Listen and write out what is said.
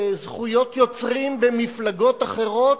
זכויות יוצרים במפלגות אחרות,